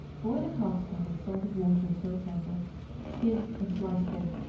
boil a calf's tongue in salted water until tender skin and slice thin.